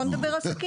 בוא נדבר עסקים.